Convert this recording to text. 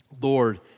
Lord